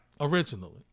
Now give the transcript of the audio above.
Originally